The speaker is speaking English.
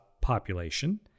population